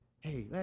Hey